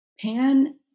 Pan